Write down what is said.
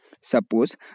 Suppose